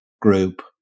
group